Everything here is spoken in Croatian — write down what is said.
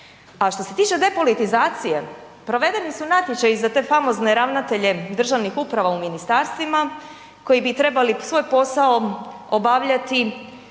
A što se tiče depolitizacije, provedeni su natječaji i za te famozne ravnatelje državnih uprava u ministarstvima koji bi trebali svoj posao obavljati